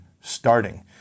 starting